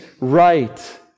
right